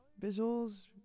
visuals